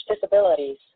disabilities